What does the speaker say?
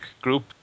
group